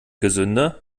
gesünder